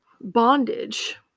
bondage